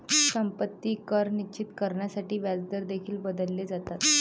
संपत्ती कर निश्चित करण्यासाठी व्याजदर देखील बदलले जातात